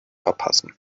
verpassen